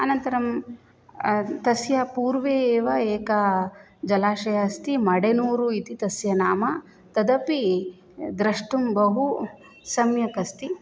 अनन्तरं तस्यः पूर्वे एव एकं जलाशय अस्ति मडेनुरु इति तस्य नाम तदपि द्रष्टुं बहुसम्यक् अस्ति